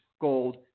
gold